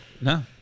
No